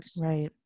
right